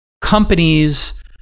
companies